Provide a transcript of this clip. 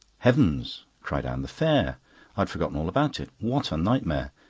heavens! cried anne. the fair i had forgotten all about it. what a nightmare!